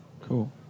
Cool